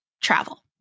Travel